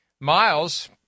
Miles